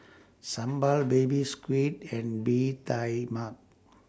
Sambal Baby Squid and Bee Tai Mak